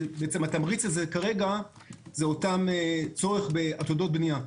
בעצם התמריץ הזה כרגע זה אותו צורך בעתודות בנייה.